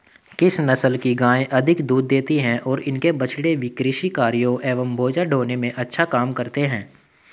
किस नस्ल की गायें अधिक दूध देती हैं और इनके बछड़े भी कृषि कार्यों एवं बोझा ढोने में अच्छा काम करते हैं?